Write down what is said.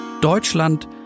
Deutschland